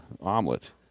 omelet